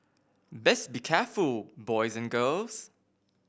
best be careful boys and girls